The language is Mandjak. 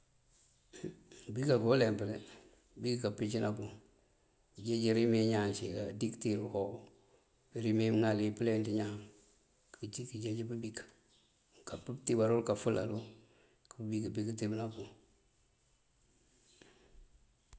Pëëbik aka uleemp de, pëëbik káampicëna pun. Pëënjeej irimi iyi ñaan cí káadikëtir uko, irimi iyi mëëŋal pëëlenţ iñaan këënjeej pëëbik këëtíbárël kafëlalu. Pëëbik pin këëtíbëná pun.